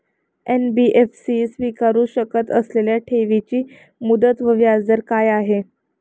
NBFC स्वीकारु शकत असलेल्या ठेवीची मुदत व व्याजदर काय आहे?